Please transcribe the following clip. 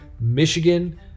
Michigan